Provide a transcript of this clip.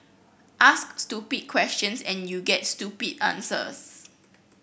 ask stupid questions and you get stupid answers